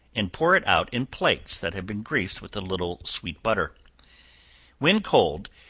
and pour it out in plates that have been greased with a little sweet butter when cold,